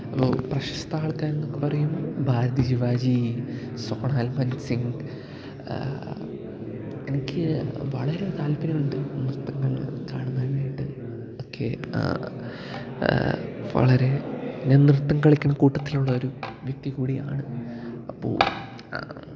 അപ്പോൾ പ്രശസ്ത ആള്ക്കാരെന്നൊക്കെ പറയുമ്പോൾ ഭാതിജിവാജി സോണാൽ മൻസിംഗ് എനിക്ക് വളരെ താല്പര്യം ഉണ്ട് നൃത്തങ്ങൾ കാണുന്നതിനായിട്ട് ഒക്കെ വളരെ ഞാന് നൃത്തം കളിക്കണ കൂട്ടത്തിലൊള്ളൊരു വ്യക്തി കൂടിയാണ് അപ്പോ